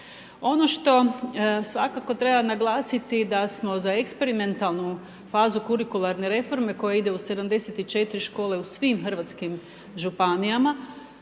Ono što svakako treba naglasiti, da smo za eksperimentalnu fazu kurikularne reforme koje ide u 74 škole u svim hrvatskim županijama